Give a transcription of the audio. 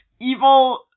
evil